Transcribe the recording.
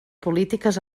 polítiques